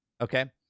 Okay